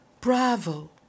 Bravo